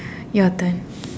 your turn